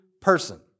person